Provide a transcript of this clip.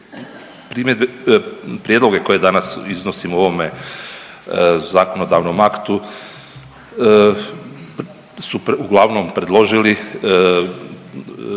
prijedloge koje danas iznosimo u ovome zakonodavnom aktu su uglavnom predložili,